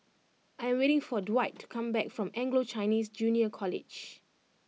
I'm waiting for Dwight to come back from Anglo Chinese Junior College